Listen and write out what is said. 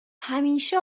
همیشه